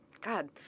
God